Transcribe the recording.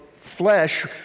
flesh